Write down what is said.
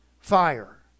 fire